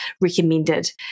recommended